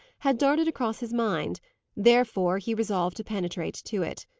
had darted across his mind therefore he resolved to penetrate to it.